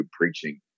preaching